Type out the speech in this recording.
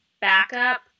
backup